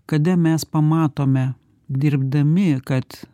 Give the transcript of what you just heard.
kada mes pamatome dirbdami kad